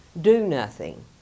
do-nothing